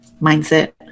mindset